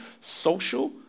social